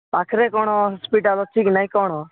ପାଖରେ କ'ଣ ହସ୍ପିଟାଲ୍ ଅଛିକି ନାଇଁ କ'ଣ